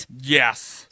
yes